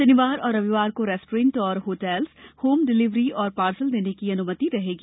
शनिवार और रविवार को रेस्तरां और होटल को होम डिलेवरी और पार्सल देने की अनुमति रहेगी